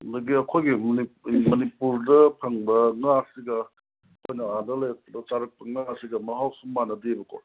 ꯑꯩꯈꯣꯏꯒꯤ ꯃꯅꯤꯄꯨꯔꯗ ꯐꯪꯕ ꯉꯥꯁꯤꯒ ꯑꯩꯈꯣꯏꯅ ꯑꯥꯗ ꯂꯩꯔꯛꯄꯗ ꯆꯥꯔꯛꯄ ꯉꯥꯁꯤꯒ ꯃꯍꯥꯎꯁꯨ ꯃꯥꯟꯅꯗꯦꯕꯀꯣ